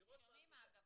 הם שומעים, אגב.